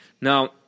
Now